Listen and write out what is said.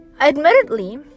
admittedly